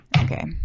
Okay